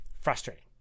frustrating